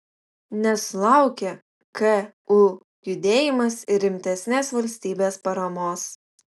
nesulaukė ku judėjimas ir rimtesnės valstybės paramos